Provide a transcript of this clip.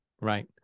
Right